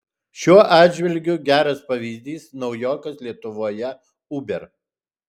šiuo atžvilgiu geras pavyzdys naujokas lietuvoje uber